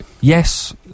yes